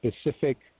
specific